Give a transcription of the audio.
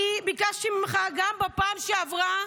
אני ביקשתי ממך גם בפעם שעברה